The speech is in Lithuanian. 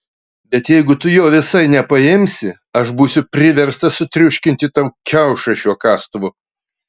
bet jeigu tu jo visai nepaimsi aš būsiu priverstas sutriuškinti tau kiaušą šiuo kastuvu